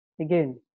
Again